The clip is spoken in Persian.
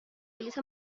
بلیط